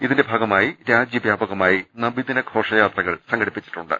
ഇതിന്റെ ഭാഗ മായി രാജ്യവ്യാപകമായി നബിദിന ഘോഷയാത്രകൾ ഇന്ന് സംഘ ടിപ്പിച്ചിട്ടുണ്ട്